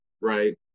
right